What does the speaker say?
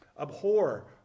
Abhor